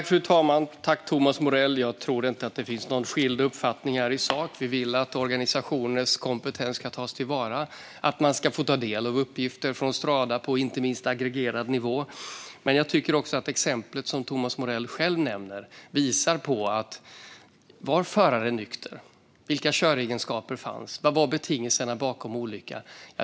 Fru talman! Tack, Thomas Morell! Jag tror inte att våra uppfattningar skiljer sig i sak. Vi vill att organisationers kompetens ska tas till vara och att de ska få ta del av uppgifter från Strada, inte minst på aggregerad nivå. Men jag tycker att exemplet som Thomas Morell själv nämner visar på problemet. Var föraren nykter? Vilka köregenskaper fanns? Vad var betingelserna bakom olyckan?